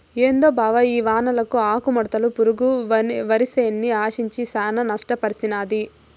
ఏందో బావ ఈ వానలకు ఆకుముడత పురుగు వరిసేన్ని ఆశించి శానా నష్టపర్సినాది